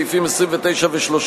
סעיפים 29 ו-30,